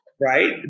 right